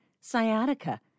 sciatica